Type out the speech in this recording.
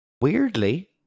Weirdly